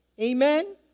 Amen